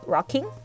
Rocking 。